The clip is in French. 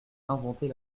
inventer